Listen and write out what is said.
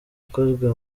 ikozwe